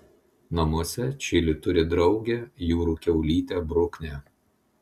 namuose čili turi draugę jūrų kiaulytę bruknę